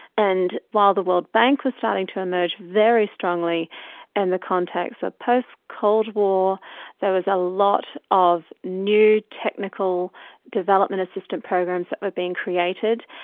and while the world bank was starting to emerge very strongly in and the context of post-cold war there was a lot of new technical development assistance programs that were being created,